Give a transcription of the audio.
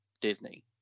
Disney